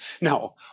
Now